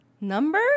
Number